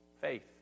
Faith